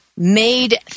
made